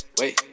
wait